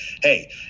hey